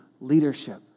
leadership